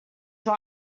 dry